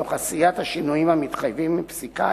תוך עשיית השינויים המתחייבים מפסיקה